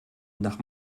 nach